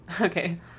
Okay